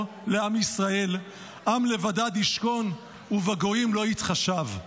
לעם ישראל: "עם לבדד ישכֹן ובגויִם לא יתחשב".